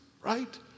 Right